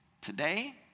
today